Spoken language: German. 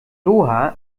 doha